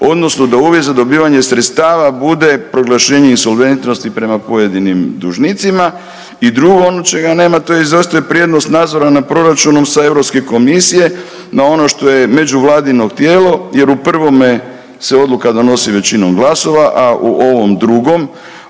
odnosno da uvjet za dobivanje sredstava bude proglašenje insolventnosti prema pojedinim dužnicima i drugo ono čega nema, to je zastoj prednost nadzora na proračunu sa EU komisije na ono što je međuvladino tijelo jer u prvome se odluka donosi većinom glasova, a u ovom drugom,